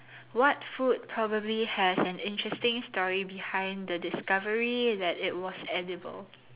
what food probably has an interesting story behind the discovery that it was edible